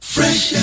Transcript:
Fresh